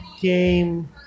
game